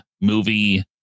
movie